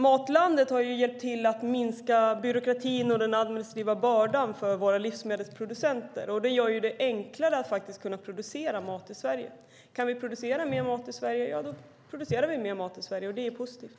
Matlandet Sverige har hjälpt till med att minska byråkratin och den administrativa bördan för våra livsmedelsproducenter. Detta gör det enklare att producera mat i Sverige. Kan mer mat produceras i Sverige är det positivt.